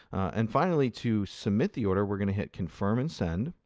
and finally, to submit the order, we're going to hit confirm and send.